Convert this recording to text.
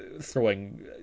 throwing